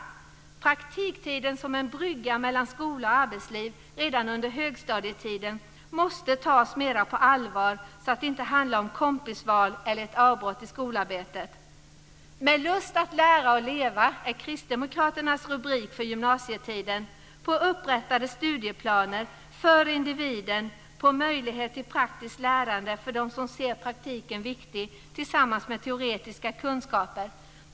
Praktiktiden som en brygga mellan skola och arbetsliv redan under högstadietiden måste tas mera på allvar, så att det inte handlar om kompisval eller ett avbrott i skolarbetet. Med lust att lära och leva, är Kristdemokraternas rubrik för gymnasietiden. Det gäller upprättade studieplaner för individen, med möjlighet till praktiskt lärande för dem som ser praktiken viktig tillsammans med teoretiska kunskaper.